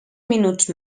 minuts